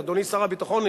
אדוני שר הביטחון,